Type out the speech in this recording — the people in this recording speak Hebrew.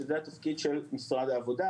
זה התפקיד של משרד העבודה.